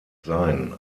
sein